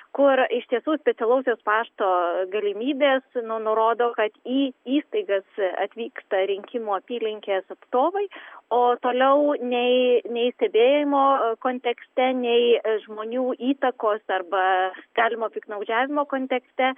kur iš tiesų specialaus jos pašto galimybės nu nurodo kad į įstaigas atvyksta rinkimų apylinkės atstovais o toliau nei nei stebėjimo kontekste nei žmonių įtakos arba galimo piktnaudžiavimo kontekste